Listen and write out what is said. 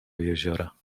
jeziora